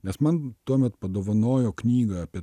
nes man tuomet padovanojo knygą apie